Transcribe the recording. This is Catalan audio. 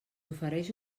ofereix